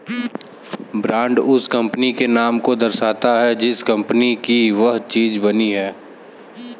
brand उस company के नाम को दर्शाता है जिस कंपनी की वह चीज बनी है